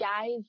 guys